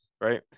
Right